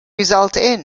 resulted